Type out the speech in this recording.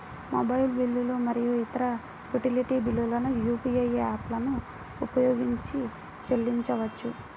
mobile బిల్లులు మరియు ఇతర యుటిలిటీ బిల్లులను యూ.పీ.ఐ యాప్లను ఉపయోగించి చెల్లించవచ్చు